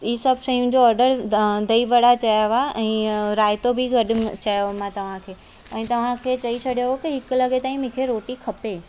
हीअ सभु शयुनि जो ऑडर दही बड़ा चयव ऐं रायतो बि गॾु चयो मां तव्हांखे ऐं तव्हांखे चई छॾियो की हिकु लॻे ताईं मूंखे रोटी खपे